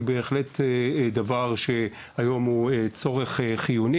היא בהחלט דבר שהיום הוא צורך חיוני,